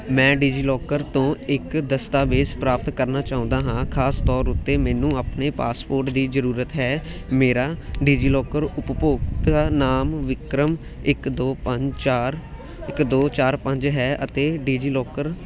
ਮੈਂ ਡਿਜੀਲੋਕਰ ਤੋਂ ਇੱਕ ਦਸਤਾਵੇਜ਼ ਪ੍ਰਾਪਤ ਕਰਨਾ ਚਾਹੁੰਦਾ ਹਾਂ ਖ਼ਾਸ ਤੌਰ ਉੱਤੇ ਮੈਨੂੰ ਆਪਣੇ ਪਾਸਪੋਰਟ ਦੀ ਜ਼ਰੂਰਤ ਹੈ ਮੇਰਾ ਡਿਜੀਲੋਕਰ ਉਪਭੋਗਤਾ ਨਾਮ ਵਿਕਰਮ ਇੱਕ ਦੋ ਪੰਜ ਚਾਰ ਇੱਕ ਦੋ ਚਾਰ ਪੰਜ ਹੈ ਅਤੇ ਡਿਜੀਲੋਕਰ